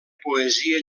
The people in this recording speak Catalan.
poesia